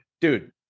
dude